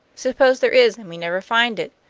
suppose there is, and we never find it!